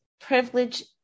privilege